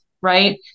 right